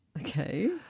Okay